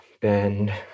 bend